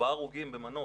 ארבעה הרוגים במנוף.